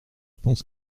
pense